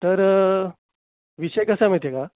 तर विषय कसा आहे माहिती आहे का